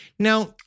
Now